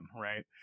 right